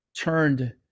turned